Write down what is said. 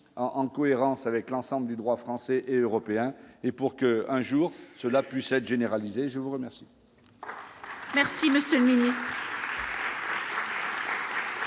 en cohérence avec l'ensemble du droit français et européen et pour qu'un jour cela puisse être généralisé, je vous remercie.